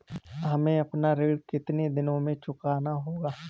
हमें अपना ऋण कितनी दिनों में चुकाना होगा?